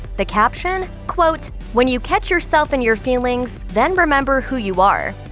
the caption? quote, when you catch yourself in your feelings then remember who you are.